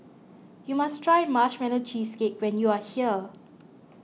you must try Marshmallow Cheesecake when you are here